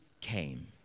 came